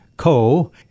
Co